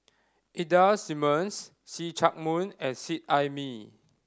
Ida Simmons See Chak Mun and Seet Ai Mee